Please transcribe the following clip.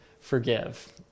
forgive